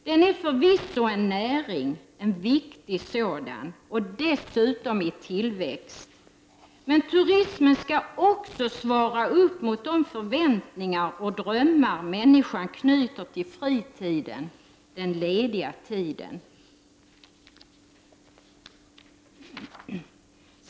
Den är förvisso en näring — en viktig sådan och dessutom i tillväxt — men turismen skall också svara upp mot de förväntningar och drömmar människan knyter till fritiden, den lediga tiden.